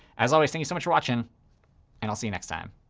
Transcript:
as always, thank you so much for watching and i'll see you next time.